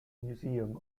museum